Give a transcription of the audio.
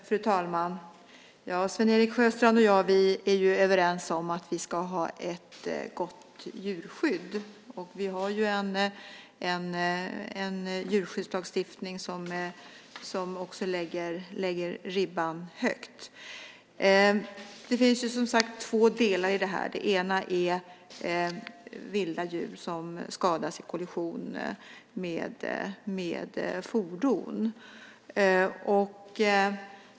Fru talman! Sven-Erik Sjöstrand och jag är överens om att vi ska ha ett gott djurskydd. Vi har en djurskyddslagstiftning som också lägger ribban högt. Det finns som sagt två delar i det här. Den ena är vilda djur som skadas i kollision med fordon.